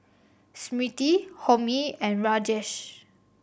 Smriti Homi and Rajesh